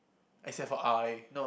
except for R_I